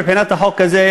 מבחינת החוק הזה,